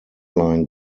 line